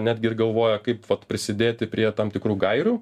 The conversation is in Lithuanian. netgi ir galvoja kaip prisidėti prie tam tikrų gairių